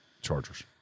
Chargers